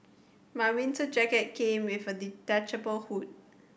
my winter jacket came with a detachable hood